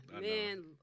Man